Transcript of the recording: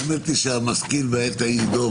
האמת היא שהמשכיל בעת ההיא ידום,